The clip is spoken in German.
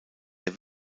der